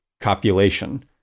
copulation